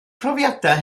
profiadau